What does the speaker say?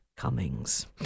Cummings